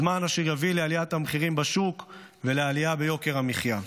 זמן אשר יביא לעליית המחירים בשוק ולעלייה ביוקר המחיה.